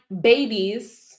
babies